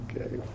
okay